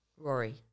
Rory